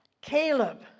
Caleb